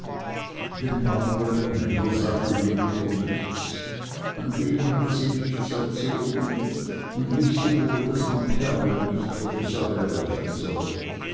dem baumwollenhändler sagte die mutter nichts an dem hatte sie nichts erzogen und wußte wohl daß man perlen nicht vor die säue werfen soll